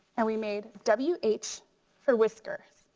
and we made w h for whiskers,